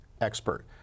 expert